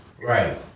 Right